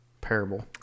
parable